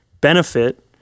benefit